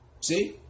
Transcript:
See